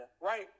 right